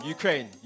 Ukraine